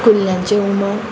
कुल्ल्यांचें हुमण